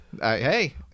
Hey